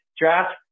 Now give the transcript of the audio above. draft